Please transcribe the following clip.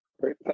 Great